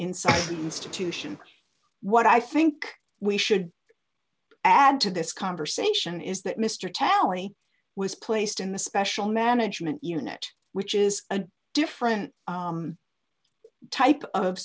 institution what i think we should add to this conversation is that mr talley was placed in the special management unit which is a different type of